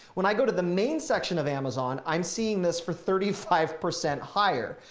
when i go to the main section of amazon, i'm seeing this for thirty five percent higher,